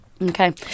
Okay